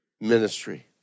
ministry